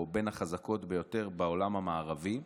או מהחזקות ביותר בעולם המערבי,